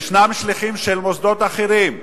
ישנם שליחים של מוסדות אחרים,